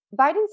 Biden